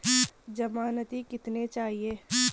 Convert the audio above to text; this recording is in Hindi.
ज़मानती कितने चाहिये?